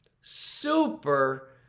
super